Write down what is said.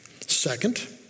second